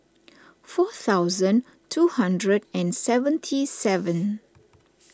four thousand two hundred and seventy seven